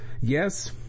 Yes